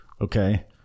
okay